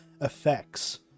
effects